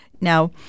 Now